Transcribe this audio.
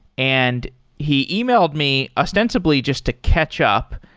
and he e-mailed me ostensibly just to catch up.